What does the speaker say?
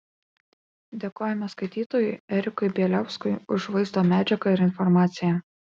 dėkojame skaitytojui erikui bieliauskui už vaizdo medžiagą ir informaciją